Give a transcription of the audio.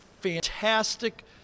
fantastic